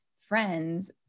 friends